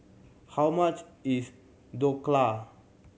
how much is Dhokla